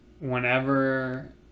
whenever